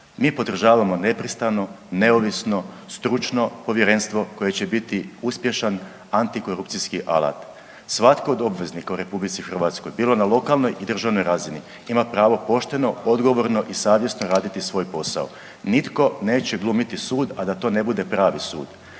Mi podržavamo nepristrano, neovisno, stručno povjerenstvo koje će biti uspješan antikorupcijski alat. Svatko od obveznika u RH bilo na lokalnoj i državnoj razini ima pravo pošteno, odgovorno i savjesno raditi svoj posao. Nitko neće glumiti sud, a da to ne bude pravi sud.